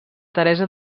teresa